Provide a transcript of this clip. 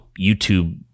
YouTube